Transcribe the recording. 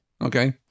Okay